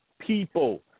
people